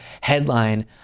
headline